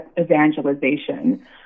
evangelization